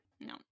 No